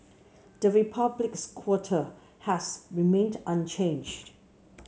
the Republic's quota has remained unchanged